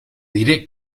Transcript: diré